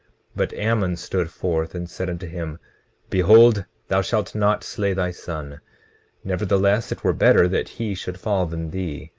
but ammon stood forth and said unto him behold, thou shalt not slay thy son nevertheless, it were better that he should fall than thee,